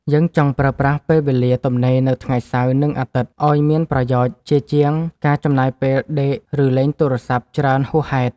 យើងចង់ប្រើប្រាស់ពេលវេលាទំនេរនៅថ្ងៃសៅរ៍ និងអាទិត្យឱ្យមានប្រយោជន៍ជាជាងការចំណាយពេលដេក ឬលេងទូរស័ព្ទច្រើនហួសហេតុ។